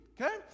okay